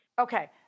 Okay